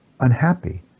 unhappy